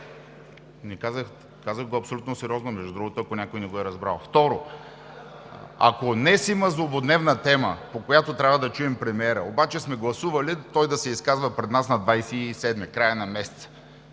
го казах абсолютно сериозно, ако някой не го е разбрал. Второ, ако днес има злободневна тема, по която трябва да чуем премиера, обаче сме гласували той да се изказва пред нас на 27-ми, ние